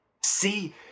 See